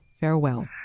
farewell